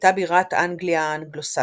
הייתה בירת אנגליה האנגלו־סקסית,